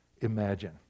imagine